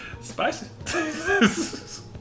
Spicy